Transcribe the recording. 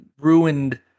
ruined